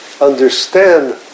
understand